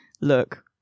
look